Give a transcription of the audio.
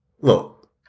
look